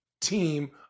team